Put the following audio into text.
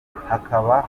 hakaba